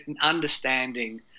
understanding